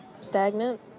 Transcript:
Stagnant